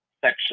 section